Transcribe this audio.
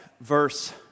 verse